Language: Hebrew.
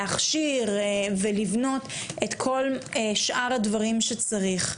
להכשיר ולבנות את כל שאר הדברים שצריך.